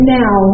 now